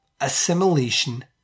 Assimilation